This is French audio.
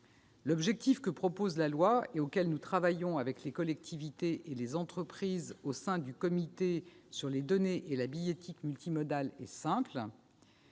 L'objectif fixé dans la loi, et auquel nous travaillons avec les collectivités et les entreprises au sein du comité stratégique sur les données et la billettique multimodale, est simple